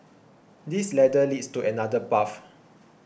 this ladder leads to another path